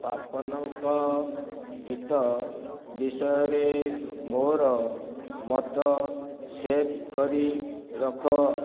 ପାପନଙ୍କ ଗୀତ ବିଷୟରେ ମୋର ମତ ସେଭ୍ କରି ରଖ